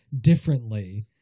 differently